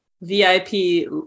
vip